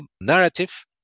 narrative